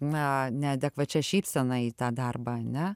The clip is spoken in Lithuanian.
na neadekvačia šypsena į tą darbą ane